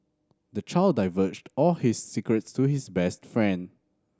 the child divulged all his secrets to his best friend